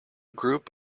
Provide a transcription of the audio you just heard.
group